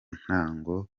ntango